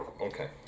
Okay